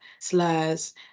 slurs